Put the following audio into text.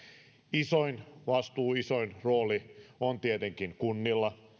isoin vastuu isoin rooli on tietenkin kunnilla